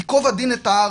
"ייקוב הדין את ההר",